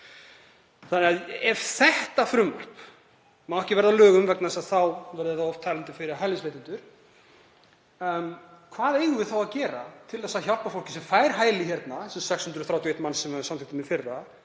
skyldur. Ef þetta frumvarp má ekki verða að lögum vegna þess að þá verði það of tælandi fyrir hælisleitendur, hvað eigum við þá að gera til þess að hjálpa fólki sem fær hæli hérna, þessum 631 sem við samþykktum í fyrra?